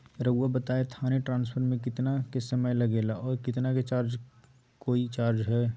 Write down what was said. रहुआ बताएं थाने ट्रांसफर में कितना के समय लेगेला और कितना के चार्ज कोई चार्ज होई?